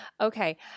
Okay